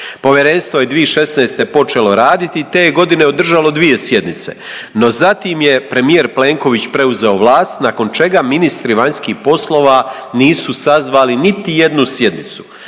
Povjerenstvo je 2016. počelo raditi. Te je godine održalo 2 sjednice. No, zatim je premijer Plenković preuzeo vlast nakon čega ministri vanjskih poslova nisu sazvali niti jednu sjednicu.